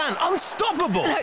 unstoppable